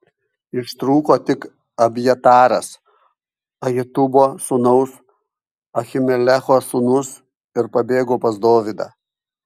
ištrūko tik abjataras ahitubo sūnaus ahimelecho sūnus ir pabėgo pas dovydą